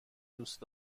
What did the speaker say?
دوست